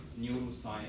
neuroscience